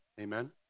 Amen